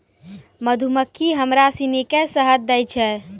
मधुमक्खी हमरा सिनी के शहद दै छै